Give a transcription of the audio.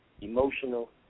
emotional